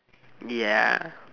ya